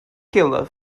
killer